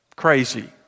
crazy